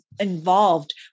involved